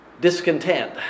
discontent